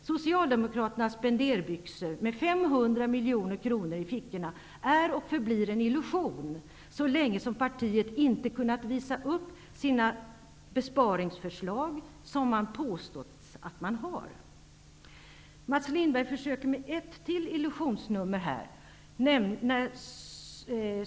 miljoner kronor i fickorna, är och förblir en illusion så länge som partiet inte kunnat visa upp de besparingsförslag som man påstår att man har. Mats Lindberg försöker här med ett illusionsnummer till.